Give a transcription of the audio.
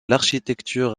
l’architecture